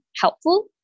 helpful